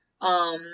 um-